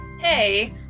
hey